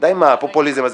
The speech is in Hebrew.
די עם הפופוליזם הזה.